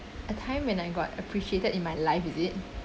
a time when I got appreciated in my life is it